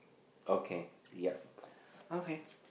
okay ya okay